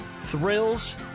Thrills